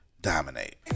dominate